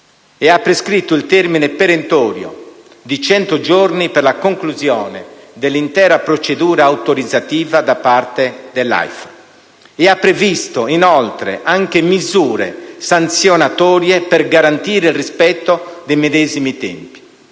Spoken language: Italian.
ha prescritto il termine perentorio di 100 giorni per la conclusione dell'intera procedura autorizzativa da parte dell'AIFA e ha previsto anche misure sanzionatorie per garantire il rispetto dei medesimi tempi.